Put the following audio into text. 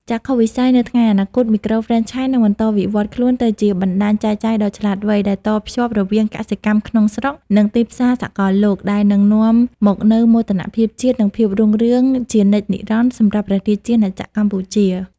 ចក្ខុវិស័យទៅថ្ងៃអនាគត មីក្រូហ្វ្រេនឆាយនឹងបន្តវិវត្តខ្លួនទៅជាបណ្តាញចែកចាយដ៏ឆ្លាតវៃ ដែលតភ្ជាប់រវាងផលិតកម្មក្នុងស្រុក និងទីផ្សារសកលលោក ដែលនឹងនាំមកនូវមោទនភាពជាតិ និងភាពរុងរឿងជានិច្ចនិរន្តរ៍សម្រាប់ព្រះរាជាណាចក្រកម្ពុជា។